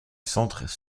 centre